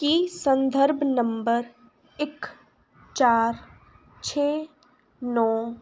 ਕੀ ਸੰਦਰਭ ਨੰਬਰ ਇੱਕ ਚਾਰ ਛੇ ਨੌਂ